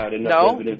No